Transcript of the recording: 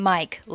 Mike